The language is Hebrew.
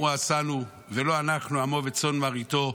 הוא עשנו ולו אנחנו עמו וצאן מרעיתו.